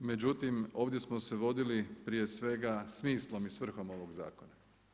Međutim, ovdje smo se vodili prije svega smislom i svrhom ovog zakona.